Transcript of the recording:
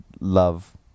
love